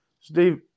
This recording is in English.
Steve